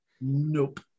Nope